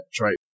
right